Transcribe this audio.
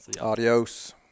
Adios